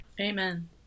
Amen